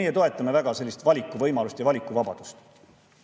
Meie toetame väga sellist valikuvõimalust ja valikuvabadust.